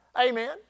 amen